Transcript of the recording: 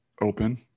Open